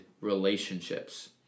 relationships